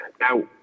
Now